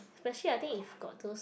especially I think if got those